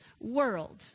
world